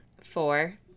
Four